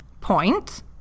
Point